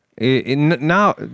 Now